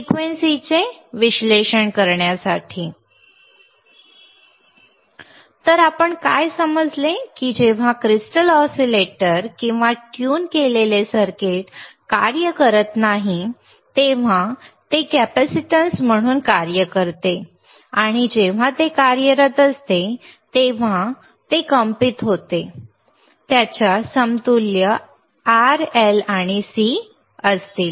फ्रिक्वेंसीचे विश्लेषण करण्यासाठी तर आम्हाला काय समजले की जेव्हा क्रिस्टल ऑसीलेटर किंवा ट्यून केलेले सर्किट कार्य करत नाही तेव्हा ते कॅपेसिटन्स म्हणून कार्य करते आणि जेव्हा ते कार्यरत असते जेव्हा ते कंपित होते तेव्हा त्याच्या समतुल्य R L आणि C असतील